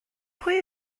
pwy